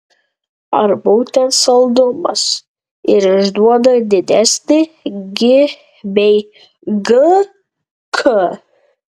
ar būtent saldumas ir išduoda didesnį gi bei gk